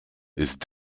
ist